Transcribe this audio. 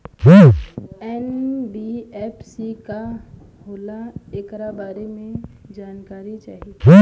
NBFC का होला ऐकरा बारे मे जानकारी चाही?